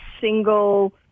single